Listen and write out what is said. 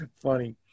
funny